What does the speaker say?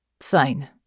Fine